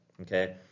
Okay